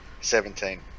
Seventeen